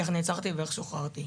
איך נעצרתי ואיך שוחררתי.